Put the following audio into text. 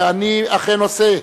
ואני אכן עושה.